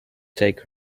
take